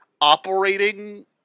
operating